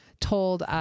told